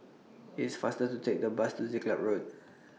IT IS faster to Take The Bus to Siglap Road